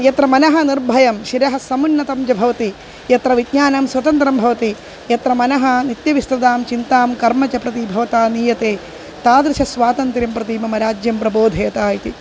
यत्र मनः निर्भयं शिरः समुन्नतञ्च भवति यत्र विज्ञानं स्वतन्त्रं भवति यत्र मनः नित्यविस्तृतां चिन्तां कर्म च प्रति भवता नीयते तादृशस्वातन्त्र्यं प्रति मम राज्यं प्रबोधेत इति